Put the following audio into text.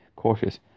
Cautious